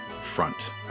front